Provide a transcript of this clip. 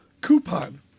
coupon